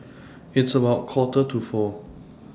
its about Quarter to four